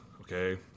okay